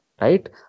right